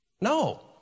No